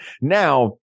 now